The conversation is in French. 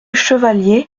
chevalier